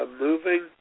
moving